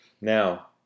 Now